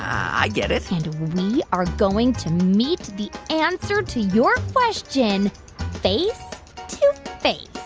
i get it and we are going to meet the answer to your question face to face,